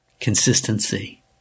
consistency